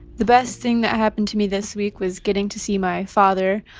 the best thing that happened to me this week was getting to see my father,